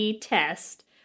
test